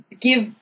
give